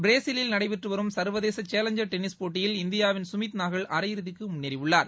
Brazil நடைபெற்று வரும் சர்வதேச சேலஞசர் டென்னிஸ் போட்டியில் இந்தியாவின் ஸ்மித் நாகல் அரையிறுதிக்கு முன்னேறியுள்ளார்